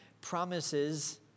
promises